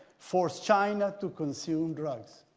forced china to consume drugs.